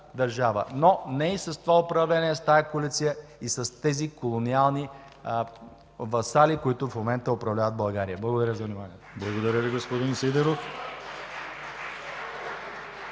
но не и с това управление, с тази коалиция и с тези колониални васали, които в момента управляват България. Благодаря Ви за вниманието. (Ръкопляскания от